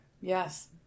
Yes